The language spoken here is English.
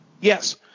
yes